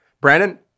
brandon